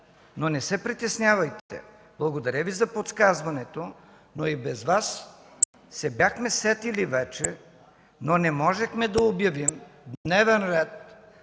Не се притеснявайте. Благодаря Ви за подсказването, и без Вас се бяхме сетили вече, но не можехме да обявим дневен ред